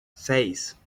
seis